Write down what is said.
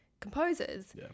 Composers